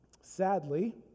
Sadly